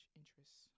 interests